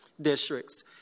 districts